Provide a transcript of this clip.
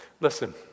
Listen